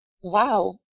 Wow